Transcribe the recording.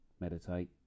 meditate